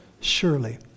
surely